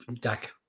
Dak